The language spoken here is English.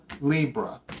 Libra